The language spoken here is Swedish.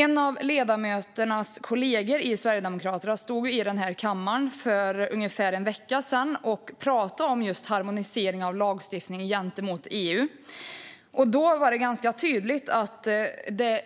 En av ledamotens kollegor i Sverigedemokraterna stod i denna kammare för ungefär en vecka sedan och pratade om just harmonisering av lagstiftning gentemot EU. Då var det ganska tydligt att det